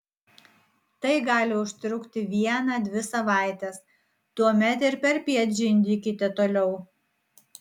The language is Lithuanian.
tai gali užtrukti vieną dvi savaites tuomet ir perpiet žindykite toliau